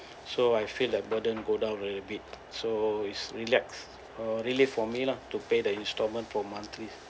so I feel that burden go down a little bit so is relax or relief for me lah to pay the instalment for month